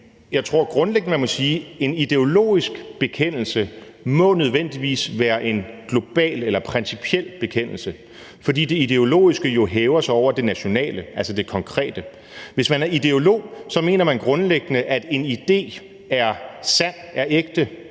jeg tror grundlæggende, man må sige: En ideologisk bekendelse må nødvendigvis være en global eller principiel bekendelse, fordi det ideologiske jo hæver sig over det nationale, altså det konkrete. Hvis man er ideolog, mener man grundlæggende, at en idé er sand, er ægte,